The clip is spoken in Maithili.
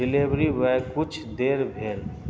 डिलीवरीमे किछु देर भेल